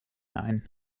ein